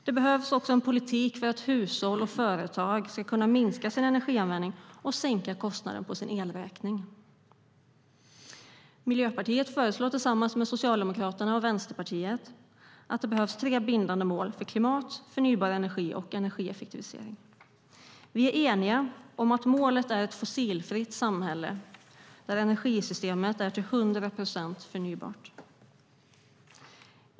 Det behövs också en politik för att hushåll och företag ska kunna minska sin energianvändning och sänka kostnaden på sin elräkning. Miljöpartiet föreslår tillsammans med Socialdemokraterna och Vänsterpartiet att det behövs tre bindande mål för klimat, förnybar energi och energieffektivisering. Vi är eniga om att målet är ett fossilfritt samhälle där energisystemet är till hundra procent förnybart.